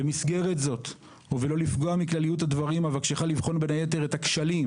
במסגרת זאת ובלא לפגוע מכלליות הדברים אבקשך לבחון בין היתר את הכשלים